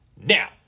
Now